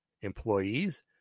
employees